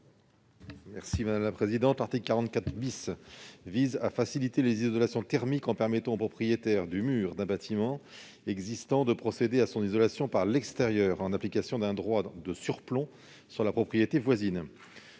M. Martin Lévrier. L'article 44 vise à faciliter les isolations thermiques en permettant au propriétaire du mur d'un bâtiment existant de procéder à son isolation par l'extérieur, en application d'un droit de surplomb sur la propriété voisine.